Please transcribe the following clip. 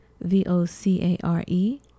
V-O-C-A-R-E